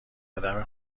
آدم